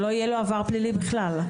שלא יהיה לו עבר פלילי בכלל?